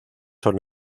son